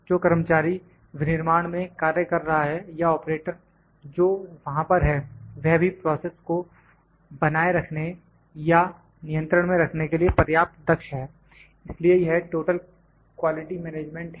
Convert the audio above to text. जो कर्मचारी विनिर्माण में कार्य कर रहा है या ऑपरेटर जो वहां पर है वह भी प्रोसेस को बनाए रखने या नियंत्रण में रखने के लिए पर्याप्त दक्ष है इसलिए यह टोटल क्वालिटी मैनेजमेंट है